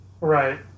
Right